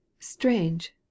Strange